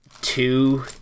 two